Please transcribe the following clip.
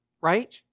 right